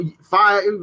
five